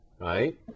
Right